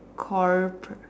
cooperate